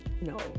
No